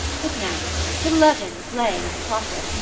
but now to leaven play with profit,